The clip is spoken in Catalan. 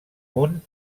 munt